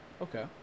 Okay